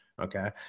Okay